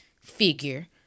figure